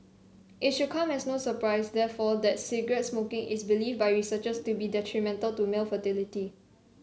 it should come as no surprise therefore that cigarette smoking is believed by researchers to be detrimental to male fertility